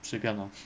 随便 lor